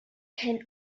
can